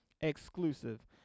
exclusive